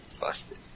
busted